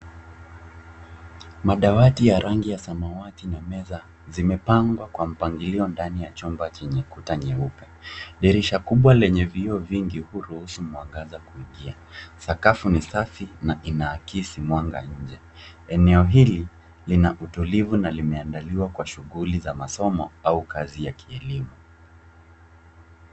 Meza zimepangwa kwa mpangilio ndani ya chumba chenye kuta. Dirisha kubwa lenye vioo vingi huruhusu mwanga kuingia. Sakafu ni safi na inaakisi mwanga. Eneo hili ni tulivu na limeandaliwa kwa shughuli za masomo au kazi za kielimu.